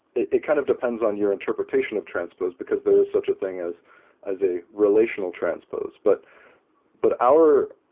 it it kind of depends on your interpretation of transpose, because there is such a thing as as a relational transpose. but but our